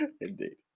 Indeed